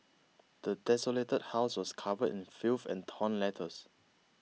the desolated house was covered in filth and torn letters